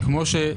כפי שכבר אמרתי,